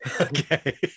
Okay